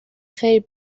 خیر